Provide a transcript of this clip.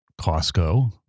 Costco